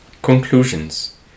Conclusions